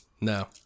No